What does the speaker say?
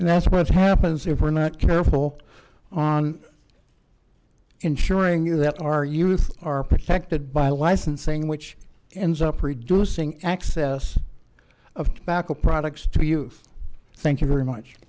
and that's what happens if we're not careful on ensuring that our youth are protected by licensing which ends up reducing access of tobacco products to you thank you very much